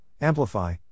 amplify